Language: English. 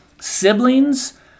siblings